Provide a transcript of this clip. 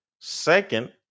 Second